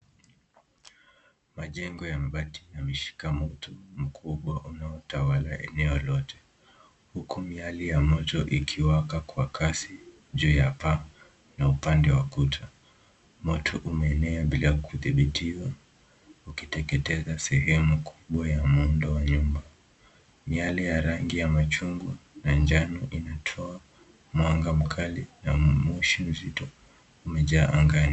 Majengo ya mabati yameshika moto mkubwa unaotawala eneo lote, huku miale ya moto ikiwaka kwa kasi juu ya paa na upande wa kuta. Moto umeenea bila kudhibitiwa ukiteketea sehemu kubwa ya muundo wa nyumba. Miale ya rangi ya machungwa na njano inatoa mwanga mkali na moshi mzito umejaa angani.